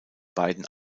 beiden